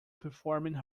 performing